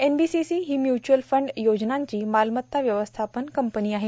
NBCC ही mutual fund योजनांची मालमत्ता व्यवस्थापन कंपनी आहे